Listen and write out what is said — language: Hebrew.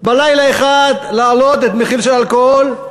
בלילה אחד להעלות את מחיר האלכוהול?